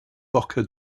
boca